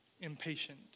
impatient